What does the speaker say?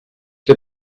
der